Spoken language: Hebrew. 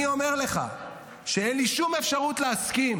אני אומר לך שאין לי שום אפשרות להסכים